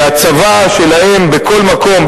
והצבה שלהם בכל מקום,